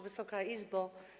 Wysoka Izbo!